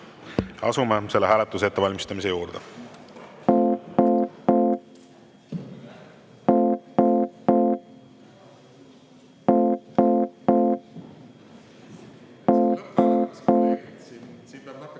Asume selle hääletuse ettevalmistamise juurde.